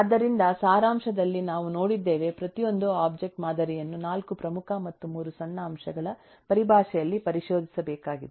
ಆದ್ದರಿಂದ ಸಾರಾಂಶದಲ್ಲಿ ನಾವು ನೋಡಿದ್ದೇವೆ ಪ್ರತಿಯೊಂದು ಒಬ್ಜೆಕ್ಟ್ ಮಾದರಿಯನ್ನು 4 ಪ್ರಮುಖ ಮತ್ತು 3 ಸಣ್ಣ ಅಂಶಗಳ ಪರಿಭಾಷೆಯಲ್ಲಿ ಪರಿಶೋಧಿಸಬೇಕಾಗಿದೆ